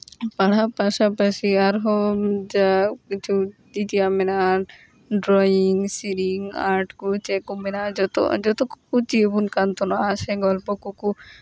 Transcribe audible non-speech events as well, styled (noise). ᱯᱟᱲᱦᱟᱣ ᱯᱟᱥᱟᱯᱟᱥᱤ ᱟᱨᱦᱚᱸ ᱡᱟ ᱠᱤᱪᱷᱩ (unintelligible) ᱢᱮᱱᱟᱜᱼᱟ ᱰᱨᱚᱭᱤᱝ ᱥᱮᱨᱮᱧ ᱟᱨᱴ ᱠᱚ ᱪᱮᱫ ᱠᱚ ᱢᱮᱱᱟᱜᱼᱟ ᱡᱚᱛᱚ ᱠᱚᱠᱚ ᱪᱮᱫ ᱟᱵᱚᱱ ᱠᱟᱱ ᱛᱟᱦᱮᱱᱟ ᱥᱮ ᱜᱚᱞᱯᱚ ᱠᱚᱠᱚ